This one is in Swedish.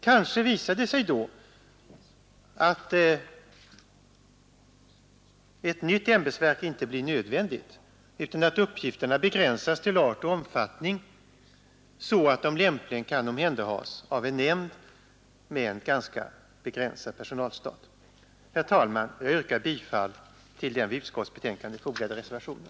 Kanske visar det sig då, att ett nytt ämbetsverk inte blir nödvändigt utan att uppgifterna bör begränsas till art och omfattning så att de lämpligen kan omhänderhas av en nämnd med en ganska begränsad personalstat. Herr talman! Jag yrkar bifall till den vid betänkandet fogade reservationen.